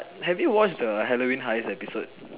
have you watch the Halloween heist episode